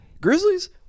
Grizzlies